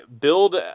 build